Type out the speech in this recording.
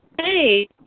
Hey